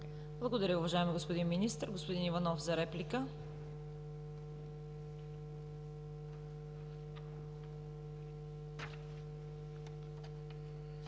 Благодаря, уважаеми господин Министър. Господин Иванов – реплика.